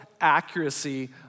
accuracy